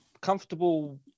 comfortable